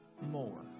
more